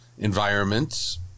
Environments